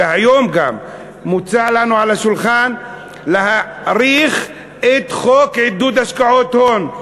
היום גם מוצע לנו על השולחן להאריך את חוק עידוד השקעות הון.